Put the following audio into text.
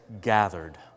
gathered